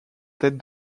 tête